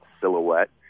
Silhouette